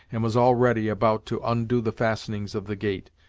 and was already about to undo the fastenings of the gate,